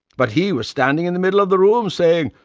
but he was standing in the middle of the room, saying,